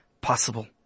possible